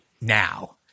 now